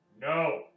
No